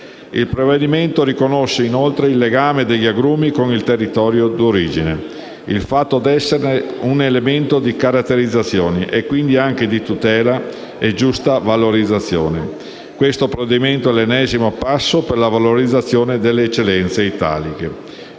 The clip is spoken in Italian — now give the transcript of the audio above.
in discussione riconosce il legame degli agrumi con il territorio d'origine, il fatto d'esserne un elemento di caratterizzazione e quindi anche di tutela e giusta valorizzazione. Questo provvedimento è l'ennesimo passo per la valorizzazione delle eccellenze italiche.